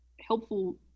helpful